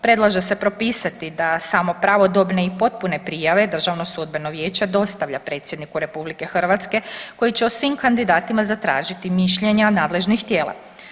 Predlaže se propisati da samo pravodobne i potpune prijave Državno sudbeno vijeće dostavlja predsjedniku Republike Hrvatske koji će o svim kandidatima zatražiti mišljenja nadležnih tijela.